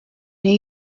new